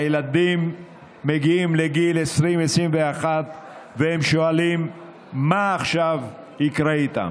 הילדים מגיעים לגיל 21-20 והם שואלים מה עכשיו יקרה איתם.